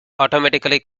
automatically